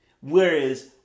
Whereas